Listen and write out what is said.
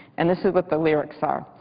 and this is what the lyrics are.